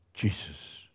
Jesus